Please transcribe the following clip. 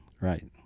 Right